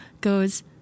goes